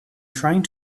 trying